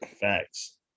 Facts